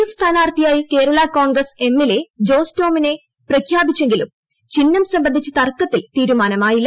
F സ്ഥാനാർത്ഥിയായി കേരളാ കോൺഗ്രസ് എമ്മിലെ ജോസ് ടോമിനെ പ്രഖ്യാപിച്ചെങ്കിലും ചിഹ്നം സംബന്ധിച്ച തർക്കത്തിൽ തീരുമാനമായില്ല